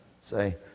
Say